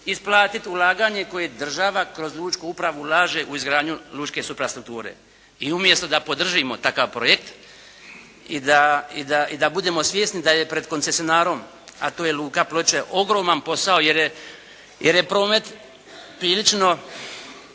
isplatiti ulaganje koje država kroz lučku upravu ulaže u izgradnju lučke suprastrukture. I umjesto da podržimo takav projekt i da budemo svjesni da je pred koncesionarom a to je Luka Ploče ogroman posao jer je promet prilično